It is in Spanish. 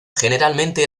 generalmente